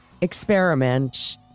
experiment